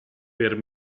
per